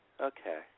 Okay